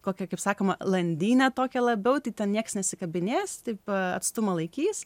kokią kaip sakoma landynę tokią labiau ten niekas nesikabinės taip atstumą laikys